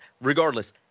Regardless